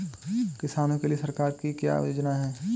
किसानों के लिए सरकार की क्या योजनाएं हैं?